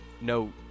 no